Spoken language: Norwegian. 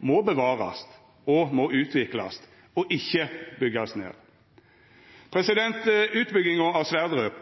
må bevarast og utviklast og ikkje byggjast ned Utbygginga av Johan Sverdrup